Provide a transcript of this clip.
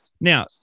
Now